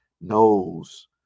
knows